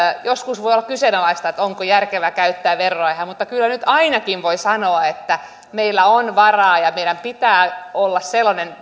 joskus voi olla kyseenalaista se onko järkevää käyttää verorahoja mutta kyllä nyt ainakin voi sanoa että meillä on varaa ja meillä pitää olla sellainen